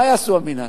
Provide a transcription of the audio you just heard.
מה יעשו במינהל?